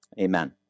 Amen